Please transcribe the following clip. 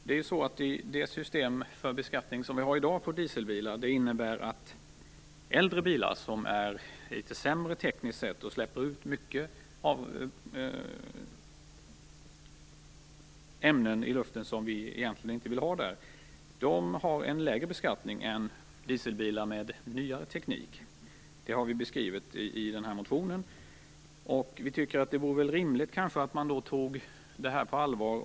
Det system som vi har i dag när det gäller beskattning av dieselbilar innebär att äldre bilar, som är litet sämre tekniskt sett och släpper ut mycket ämnen i luften som vi egentligen inte vill ha där, har en lägre beskattning än dieselbilar med nyare teknik. Det har vi beskrivit i motionen. Vi tycker att det vore rimligt att man tog detta på allvar.